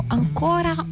ancora